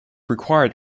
required